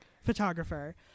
photographer